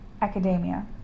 academia